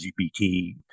LGBT